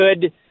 good –